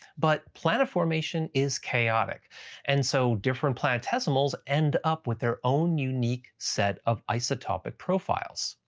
but planet formation is chaotic and so different planetesimals end up with their own unique set of isotopic profiles.